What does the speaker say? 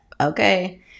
Okay